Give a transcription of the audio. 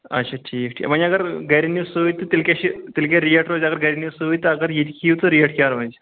اچھا ٹھیٖٖک ٹھیک وۄنۍ اگر گرِ أنو سۭتۍ تہٕ تیٚلہِ کیاہ چھِ تیٚلہِ کیاہ ریٹ روزِ اگر گرِ أنو سۭتۍ تہٕ اگر ییٛتہِ کھیٚیو تہٕ ریٹ کیاہ روزِ